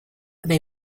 they